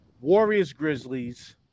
Warriors-Grizzlies